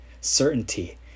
certainty